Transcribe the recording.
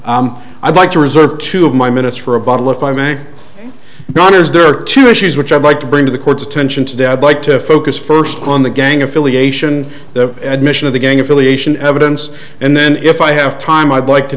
but i'd like to reserve two of my minutes for a bottle if i may not as there are two issues which i'd like to bring to the court's attention today i'd like to focus first on the gang affiliation the admission of the gang affiliation evidence and then if i have time i'd like to